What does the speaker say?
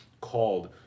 called